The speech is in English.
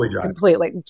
completely